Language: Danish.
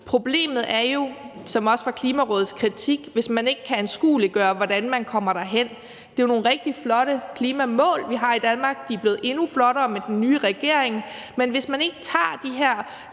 Problemet er jo – det var også Klimarådets kritik – hvis man ikke kan anskueliggøre, hvordan man kommer derhen. Det er jo nogle rigtig flotte klimamål, vi har i Danmark, og de er blevet endnu flottere med den nye regering, men hvis man ikke tager de her